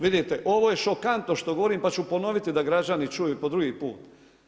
Vidite ovo je šokantno što govorim, pa ću ponoviti da građani čuju i po drugi put.